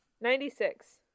Ninety-six